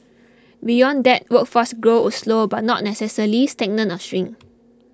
beyond that workforce growth would slow but not necessarily stagnate or shrink